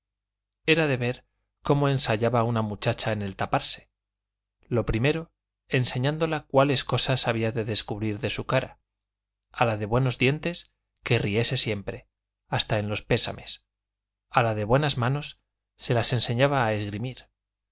era de ver cómo ensayaba una muchacha en el taparse lo primero enseñándola cuáles cosas había de descubrir de su cara a la de buenos dientes que riese siempre hasta en los pésames a la de buenas manos se las enseñaba a esgrimir